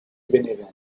bénévent